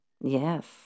Yes